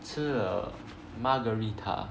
吃了 margherita